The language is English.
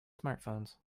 smartphones